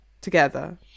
together